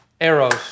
Arrows